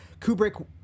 Kubrick